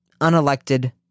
unelected